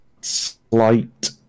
slight